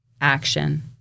action